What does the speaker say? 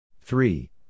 three